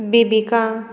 बिबिका